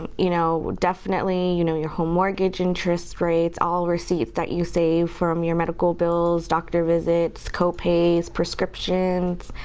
and you know definitely you know your home mortgage interest rates, all the receipts that you save from your medical bills, doctor visits, co-pays, prescriptions,